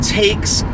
takes